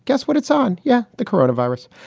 guess what? it's on yeah the corona virus.